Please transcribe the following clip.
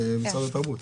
של משרד התרבות.